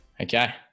Okay